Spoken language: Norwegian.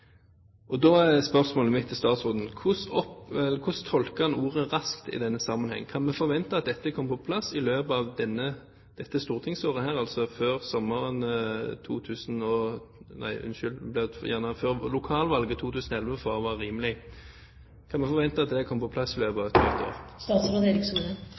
Da er spørsmålet mitt til statsråden: Hvordan tolker han ordet «raskt» i denne sammenhengen? Kan vi forvente at dette kommer på plass før lokalvalget i 2011, for å være rimelig? Ja, man kan forvente at det kommer på plass i stortingsåret definert på den måten, altså før lokalvalget i 2011. Det kan man forvente,